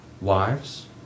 Wives